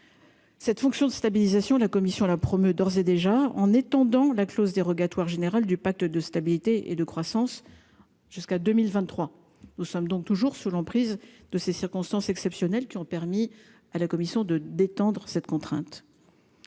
Cette fonction de stabilisation la commission là promet d'ores et déjà en étendant la clause dérogatoire générale du pacte de stabilité et de croissance, jusqu'à 2023, nous sommes donc toujours sous l'emprise de ces circonstances exceptionnelles qui ont permis à la commission de détendre cette contrainte,